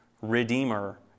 redeemer